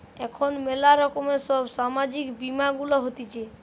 এখন ম্যালা রকমের সব সামাজিক বীমা গুলা হতিছে